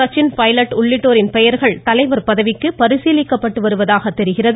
சச்சின் பைலட் உள்ளிட்டோரின் பெயர்கள் தலைவர் பதவிக்கு பரிசீலிக்கப்பட்டு வருவதாக தெரிகிறது